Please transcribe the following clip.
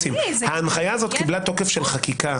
ההנחיה הזו קיבלה תוקף של חקיקה